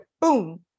boom